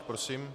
Prosím.